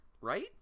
right